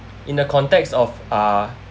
in the context of uh